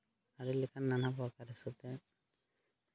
ᱟᱹᱰᱤ ᱞᱮᱠᱟᱱ ᱱᱟᱱᱟ ᱯᱨᱚᱠᱟᱨ ᱦᱤᱥᱟᱹᱵ ᱛᱮ